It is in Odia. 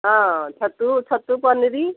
ହଁ ଛତୁ ଛତୁ ପନିର